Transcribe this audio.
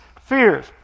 fears